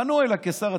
פנו אליי כשר התקשורת,